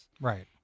Right